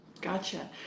Gotcha